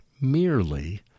merely